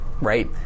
right